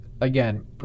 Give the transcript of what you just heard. Again